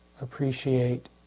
appreciate